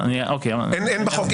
אין בחוק.